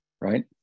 right